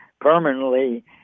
permanently